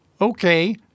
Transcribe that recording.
Okay